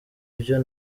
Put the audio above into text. ibyo